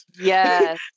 Yes